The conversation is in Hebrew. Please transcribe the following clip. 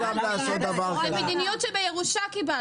זו מדיניות שקיבלת בירושה.